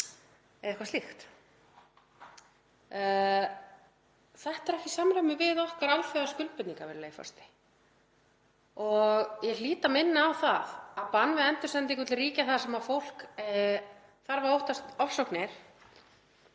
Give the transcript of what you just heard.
eða eitthvað slíkt. Þetta er ekki í samræmi við alþjóðaskuldbindingar okkar, virðulegi forseti, og ég hlýt að minna á að bann við endursendingum til ríkja þar sem fólk þarf að óttast ofsóknir